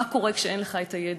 מה קורה כשאין לך את הידע,